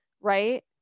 right